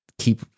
Keep